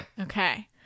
Okay